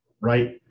right